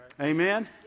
amen